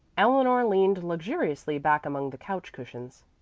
eleanor leaned luxuriously back among the couch cushions.